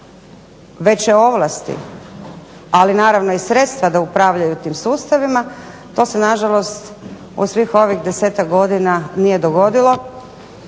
veće ovlasti, ali naravno i sredstva da upravljaju tim sustavima, to se nažalost u svih ovih desetak godina nije dogodilo